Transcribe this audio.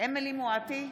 אמילי חיה מואטי,